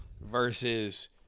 Versus